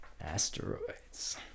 Asteroids